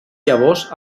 llavors